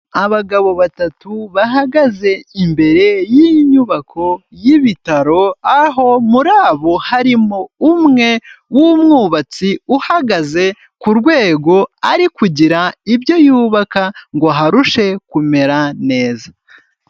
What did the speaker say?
Abagabo batatu bahagaze imbere y'inyubako y'ibitaro aho muri bo harimo umwe w'umwubatsi uhagaze ku rwego ari kugira ibyo yubaka ngo harushe kumera neza.